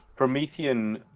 Promethean